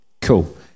Cool